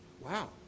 wow